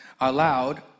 allowed